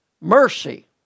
mercy